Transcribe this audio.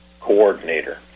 coordinator